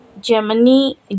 germany